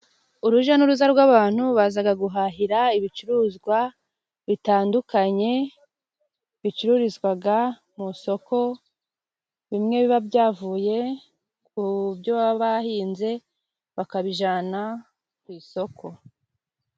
Uruja n'uruza rw'abantu bazaga guhahira ibicuruzwa bitandukanye bicururizwaga mu soko, bimwe biba byavuye ku byo baba bahinze bakabijana ku isoko.